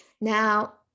now